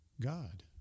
God